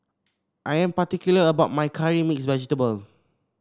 I am particular about my curry mix vegetable